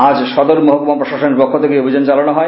আজ সদর মহকুমা প্রশাসনের পক্ষ থেকে এই অভিযান চালানো হয়